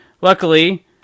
Luckily